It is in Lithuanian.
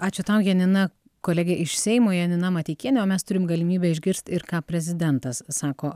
ačiū tau janina kolegė iš seimo janina mateikienė o mes turim galimybę išgirst ir ką prezidentas sako